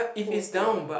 who to